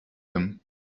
him